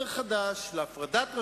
חבל שלא עשית את זה.